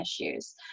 issues